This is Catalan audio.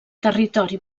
territori